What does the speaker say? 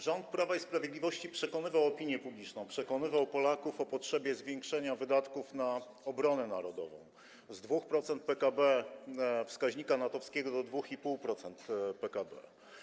Rząd Prawa i Sprawiedliwości przekonywał opinię publiczną, przekonywał Polaków o potrzebie zwiększenia wydatków na obronę narodową z 2% PKB, wskaźnika NATO-wskiego, do 2,5% PKB.